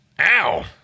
Ow